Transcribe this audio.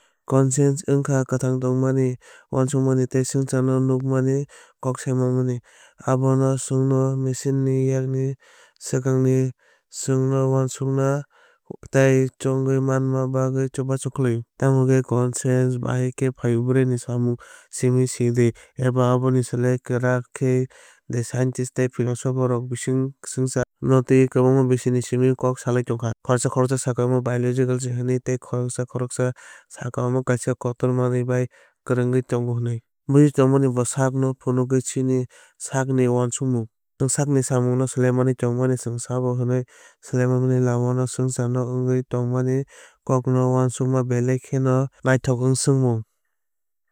Conscience wngkha kwthang tongmani uansukmani tei swngcharno nukmani kok saimanmani. Abo no chwngno machine ni yakni swkaknai chwngno uansukna tei chongwui manna bagwi chubachu khlaio. Tamokhe conscience bahai khe phaio brain ni samung simi sidi. Eba aboni slai kwrak khe de scientist tei philosopher rok bini swngchar no twiwi kwbangma bisi ni simi kok salai tongkha. Khoroksa khoroksa sakha omo biological se hwnwi tei khoroksa khoroksa sakha omo kaisa kotor manwi bai kwrwngwi tongo hwnwi. Bujthummungbo saknw no phunukgo chini sakni uansukmung. Chwng sakni tongmungno saimanwi tongmani chwng sabo hwnwi swnamnai lamao swngcharno wngwi tongmani kokno uansukma belai kheno naithok wngsukmung.